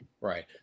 Right